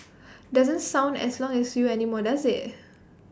doesn't sound as long as you anymore does IT